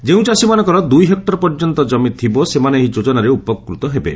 ଯେଉଁ ଚାଷୀମାନଙ୍କର ଦୁଇହେକୁର ପର୍ଯ୍ୟନ୍ତ କମି ଥିବ ସେମାନେ ଏହି ଯୋଜନାରେ ଉପକୃତ ହେବେ